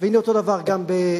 והנה אותו דבר גם באיטליה.